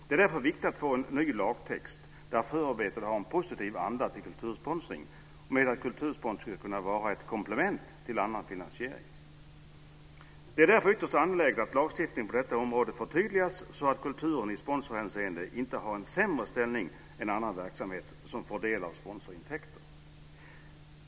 Det är därför viktigt att få en ny lagtext, där förarbetet har en positiv anda till kultursponsring, att kultursponsring ska kunna vara ett komplement till annan finansiering. Det är därför ytterst angeläget att lagstiftningen på detta område förtydligas så att kulturen i sponsorhänseende inte har en sämre ställning än annan verksamhet som får del av sponsorsintäkter.